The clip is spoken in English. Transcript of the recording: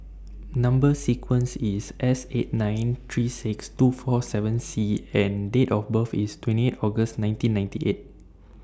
Number sequence IS S eight nine three six two four seven C and Date of birth IS twenty eight August nineteen ninety eight